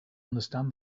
understand